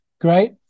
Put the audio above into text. great